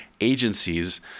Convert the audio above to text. agencies